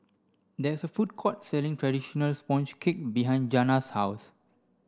there is a food court selling traditional sponge cake behind Jana's house